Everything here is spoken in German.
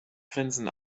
grinsen